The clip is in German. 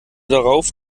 darauf